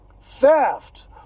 theft